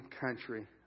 country